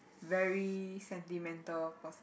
very sentimental person